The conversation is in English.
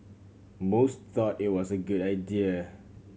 most thought it was a good idea